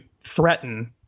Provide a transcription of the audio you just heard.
threaten